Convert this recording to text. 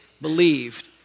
believed